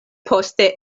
poste